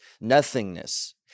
nothingness